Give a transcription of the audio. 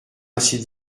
ainsi